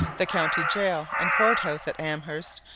the county gaol and court-house at amherst,